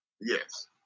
Yes